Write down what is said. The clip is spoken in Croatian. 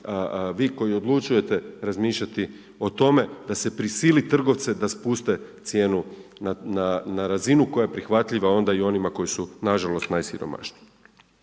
vi koji odlučujete razmišljati o tome da se prisili trgovce da se spuste cijenu na razinu koja je prihvatljiva onda i onima koji su nažalost najsiromašniji.